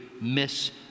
miss